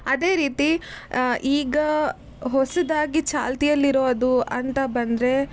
ಅದೇ ರೀತಿ ಈಗ ಹೊಸದಾಗಿ ಚಾಲ್ತಿಯಲ್ಲಿರೋದು ಅಂತ ಬಂದರೆ